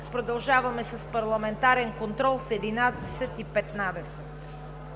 Продължаваме с парламентарен контрол в 11,15